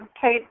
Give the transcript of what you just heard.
Kate